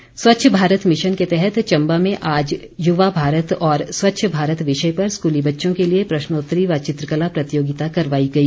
चित्रकला स्वच्छ भारत मिशन के तहत चंबा में आज युवा भारत और स्वच्छ भारत विषय पर स्कूली बच्चों के लिए प्रश्नोत्तरी व चित्रकला प्रतियोगिता करवाई गई